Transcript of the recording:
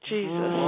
Jesus